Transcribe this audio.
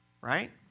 Right